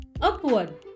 upward